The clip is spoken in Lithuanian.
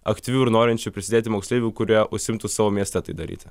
aktyvių ir norinčių prisidėti moksleivių kurie užsiimtų savo mieste tai daryti